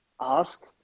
ask